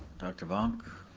doctor vonck,